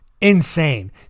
Insane